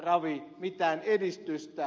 ravi mitään edistystä